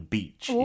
Beach